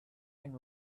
and